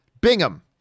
Bingham